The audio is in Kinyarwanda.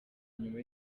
nyuma